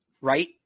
Right